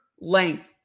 length